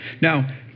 Now